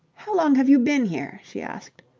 how long have you been here? she asked.